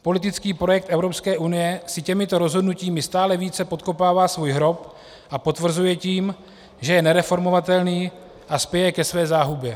Politický projekt Evropské unie si těmito rozhodnutími stále více podkopává svůj hrob a potvrzuje tím, že je nereformovatelný a spěje ke své záhubě.